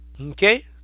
okay